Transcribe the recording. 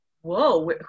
whoa